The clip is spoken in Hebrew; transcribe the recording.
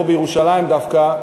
פה בירושלים דווקא,